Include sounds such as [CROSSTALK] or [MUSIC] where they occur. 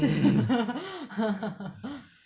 [LAUGHS]